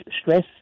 stress